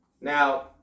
Now